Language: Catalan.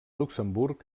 luxemburg